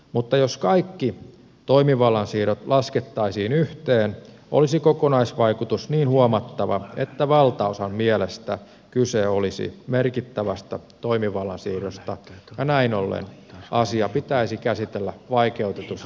mutta jos kaikki toimivallan siirrot laskettaisiin yhteen olisi kokonaisvaikutus niin huomattava että valtaosan mielestä kyse olisi merkittävästä toimivallan siirrosta ja näin ollen asia pitäisi käsitellä vaikeutetussa säätämisjärjestyksessä